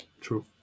True